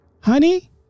honey